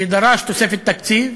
שדרש תוספת תקציב,